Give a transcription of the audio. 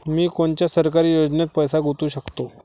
मी कोनच्या सरकारी योजनेत पैसा गुतवू शकतो?